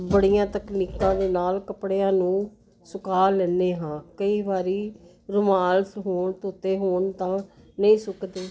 ਬੜੀਆਂ ਤਕਨੀਕਾਂ ਦੇ ਨਾਲ ਕੱਪੜਿਆਂ ਨੂੰ ਸੁਕਾ ਲੈਂਦੇ ਹਾਂ ਕਈ ਵਾਰੀ ਰੁਮਾਲਸ ਹੋਣ ਧੋਤੇ ਹੋਣ ਤਾਂ ਨਹੀਂ ਸੁੱਕਦੇ